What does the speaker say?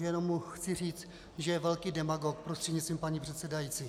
Jenom mu chci říci, že je velký demagog, prostřednictvím paní předsedající.